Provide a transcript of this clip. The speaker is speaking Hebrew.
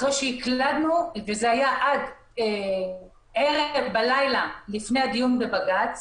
אחרי שהקלדנו וזה היה עד הלילה שלפני הדיון בבג"ץ,